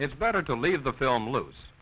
it's better to leave the film lo